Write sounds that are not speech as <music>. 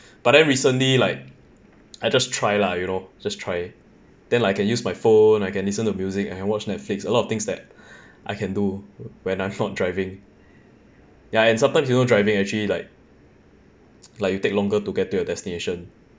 but then recently like I just try lah you know just try then like can use my phone I can listen to music and watch netflix a lot of things that I can do when I'm not driving ya and sometimes you know driving actually like <noise> like you take longer to get to your destination